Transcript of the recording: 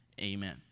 Amen